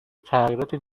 تغییراتی